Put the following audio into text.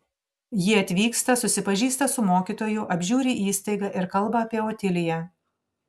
ji atvyksta susipažįsta su mokytoju apžiūri įstaigą ir kalba apie otiliją